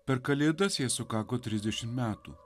per kalėdas jai sukako trisdešim metų